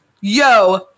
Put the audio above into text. yo